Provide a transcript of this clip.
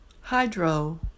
hydro